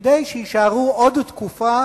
כדי שיישארו עוד תקופה